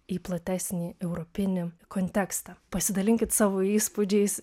į platesnį europinį kontekstą pasidalinkit savo įspūdžiais